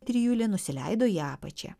trijulė nusileido į apačią